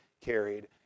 carried